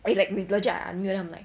he like 你的 then I'm like